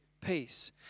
peace